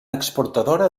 exportadora